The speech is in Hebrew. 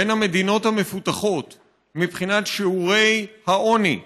בין המדינות המפותחות מבחינת שיעורי העוני,